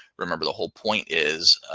remember the whole point is.